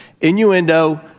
innuendo